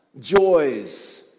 joys